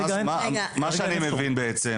מה שאני מבין,